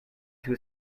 two